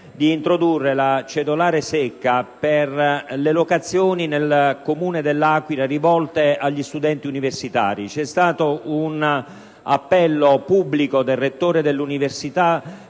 di introdurre la cedolare secca per le locazioni nel Comune dell'Aquila che interessano gli studenti universitari. C'è stato un appello pubblico del rettore dell'università